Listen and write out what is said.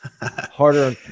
harder